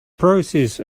process